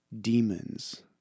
Demons